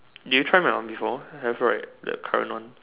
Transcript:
did you try my one before have right the current one